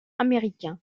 américain